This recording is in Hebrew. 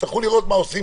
מחושב.